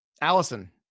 Allison